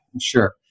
sure